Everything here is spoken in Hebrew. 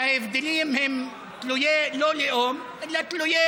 וההבדלים הם לא תלויי לאום אלא תלויי